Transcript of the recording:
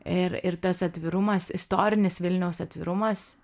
ir ir tas atvirumas istorinis vilniaus atvirumas